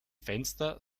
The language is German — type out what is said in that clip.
fenster